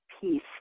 peace